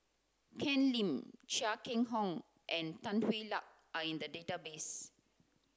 Ken Lim Chia Keng and Tan Hwa Luck are in the database